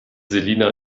selina